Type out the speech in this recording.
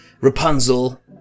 Rapunzel